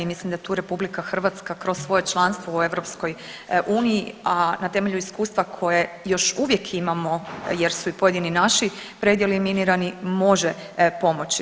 Mislim da tu RH kroz svoje članstvo u EU, a na temelju iskustva koje još uvijek imamo jer su i pojedini naši predjeli minirani može pomoći.